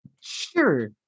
Sure